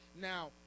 Now